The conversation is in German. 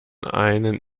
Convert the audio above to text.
einen